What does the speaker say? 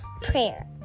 Prayer